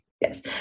Yes